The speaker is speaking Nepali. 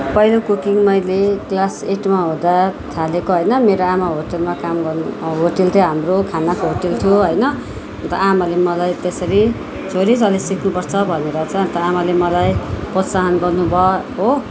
पहिलो कुकिङ मैले क्लास एइटमा हुँदा थालेको होइन मेरो आमा होटेलमा काम गर्नु होटेल थियो हाम्रो खानाको होटेल थियो होइन अन्त आमाले मलाई त्यसरी छोरी तैँले सिक्नु पर्छ भनेर चाहिँ अन्त आमाले मलाई प्रोत्साहन गर्नु भयो हो